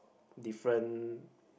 different